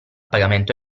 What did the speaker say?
pagamento